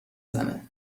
زنه